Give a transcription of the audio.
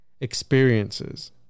experiences